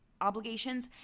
obligations